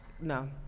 No